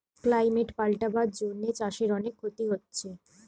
climate পাল্টাবার জন্যে চাষের অনেক ক্ষতি হচ্ছে